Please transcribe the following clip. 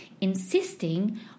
insisting